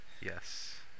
Yes